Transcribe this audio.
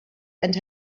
and